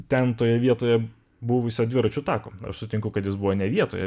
ten toje vietoje buvusio dviračių tako aš sutinku kad jis buvo ne vietoje